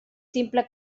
simple